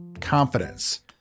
confidence